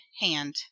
Hand